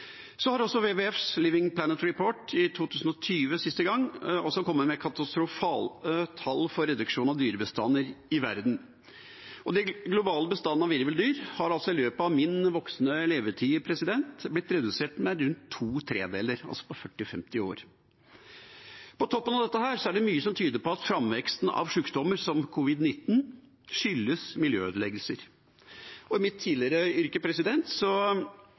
har også WWFs Living Planet Report– sist gang i 2020 – og kom med katastrofale tall for reduksjon av dyrebestanden i verden. Den globale bestanden av virveldyr har altså i løpet av min voksne levetid blitt redusert med rundt to tredeler – på 40–50 år. På toppen av dette er det mye som tyder på at framveksten av sykdommer som covid-19 skyldes miljøødeleggelser. I mitt tidligere yrke